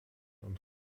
und